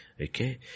Okay